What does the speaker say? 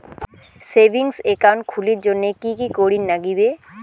Savings account খুলির জন্যে কি কি করির নাগিবে?